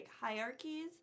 hierarchies